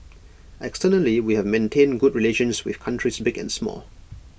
externally we have maintained good relations with countries big and small